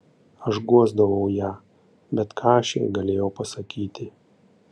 aš guosdavau ją bet ką aš jai galėjau pasakyti